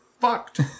fucked